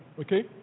Okay